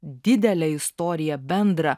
didelę istoriją bendrą